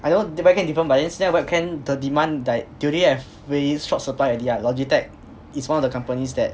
I know the webcam different but then 现在 webcam the demand like they they already have very short supply already ah Logitech is one of the companies that